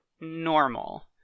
normal